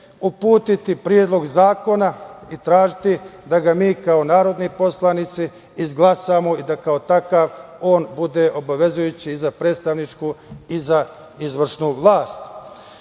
uputiti Predlog zakona i tražiti da ga mi kao narodni poslanici izglasamo i da kao takav on bude obavezujući i za predstavničku i za izvršnu